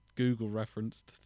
Google-referenced